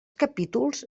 capítols